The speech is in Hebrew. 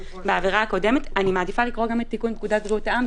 בעבירה הקודמת." אני מעדיפה לקרוא גם את תיקון פקודת בריאות העם,